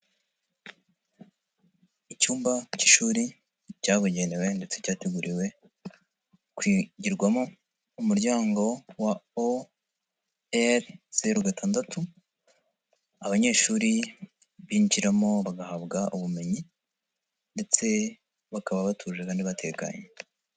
Icyumba cy'ishuri cyabugenewe ndetse cyateguriwe kwigirwamo, umuryango wa OR zeru gatandatu, abanyeshuri binjiramo bagahabwa ubumenyi ndetse bakaba batuje kandi batekanye.